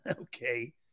Okay